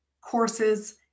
courses